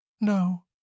No